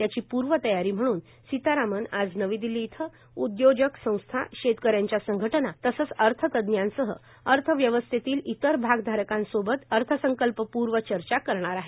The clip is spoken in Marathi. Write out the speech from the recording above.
त्याची पूर्वतयारी म्हणून सीतारामन आज नवी दिल्ली इथं उदयोजक संस्था शेतकऱ्यांच्या संघटना तसंच अर्थतज्ञांसह अर्थव्यवस्थेतल्या इतर भागधारकांसोबत अर्थसंकल्पपूर्व चर्चा करणार आहेत